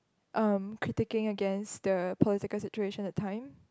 um critiquing against the political situation that time